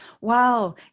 Wow